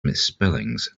misspellings